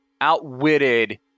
outwitted